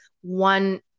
one